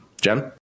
Jen